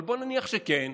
אבל בואו נניח שכן.